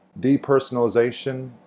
depersonalization